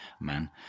man